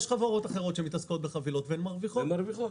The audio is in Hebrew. יש חברות אחרות שמתעסקות בחבילות ומרוויחות,